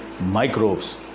microbes